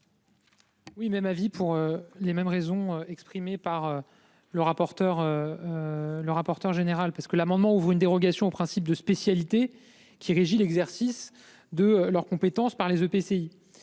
Oui. Même avis pour les mêmes raisons exprimé par le rapporteur. Le rapporteur général parce que l'amendement ouvre une dérogation au principe de spécialité qui régit l'exercice de leurs compétences par les EPCI